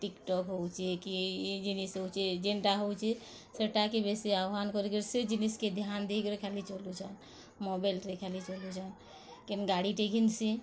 ଟିକ୍ talk ହଉଛେ କି ଇ ଜିନିଷ୍ ହଉଛେ ଯେନ୍ଟା ହଉଛେ ସେଟାକେ ବେଶୀ ଆହ୍ୱାନ୍ କରି କରି ସେ ଜିନିଷ୍ କେ ଧ୍ୟ୍ୟାନ୍ ଦେଇକରି ଖାଲି ଚଲୁଛନ୍ ମୋବାଇଲ୍ରେ ଖାଲି ଚଲୁଛନ୍ କେନ୍ ଗାଡ଼ିଟେ ଘିନ୍ସି